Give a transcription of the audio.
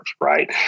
Right